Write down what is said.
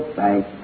thank